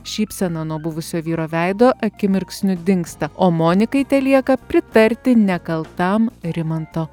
šypsena nuo buvusio vyro veido akimirksniu dingsta o monikai telieka pritarti nekaltam rimanto